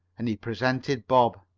and he presented bob.